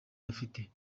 afite